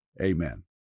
Amen